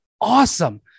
awesome